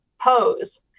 pose